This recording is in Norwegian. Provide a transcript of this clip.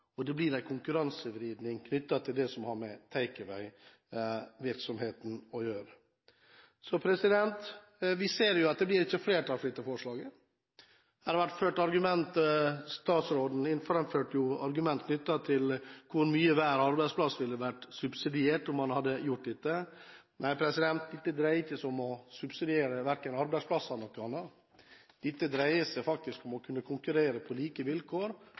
og det blir en konkurransevridning sammenlignet med «take-away»-virksomhet. Vi ser at det ikke blir flertall for dette forslaget. Statsråden framførte jo argumenter knyttet til hvor mye hver arbeidsplass ville vært subsidiert om man hadde gjort dette. Men dette dreier seg ikke om å subsidiere verken arbeidsplasser eller noe annet, dette dreier seg faktisk om å kunne konkurrere på like vilkår